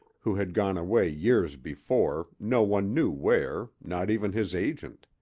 who had gone away years before, no one knew where, not even his agent.